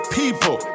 people